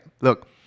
Look